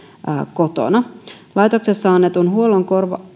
kotona laitoksessa annetun huollon